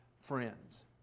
friends